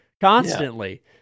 constantly